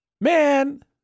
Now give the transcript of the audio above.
Man